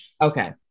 Okay